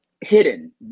hidden